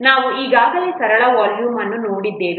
ನಾವು ಈಗಾಗಲೇ ಸರಳ ವಾಲ್ಯೂಮ್ ಅನ್ನು ನೋಡಿದ್ದೇವೆ